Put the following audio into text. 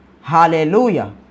Hallelujah